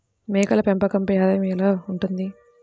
మేకల పెంపకంపై ఆదాయం ఎలా ఉంటుంది?